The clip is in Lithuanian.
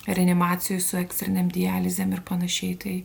reanimacijoj su ekstrinėm dializėm ir panašiai tai